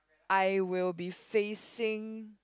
I will be facing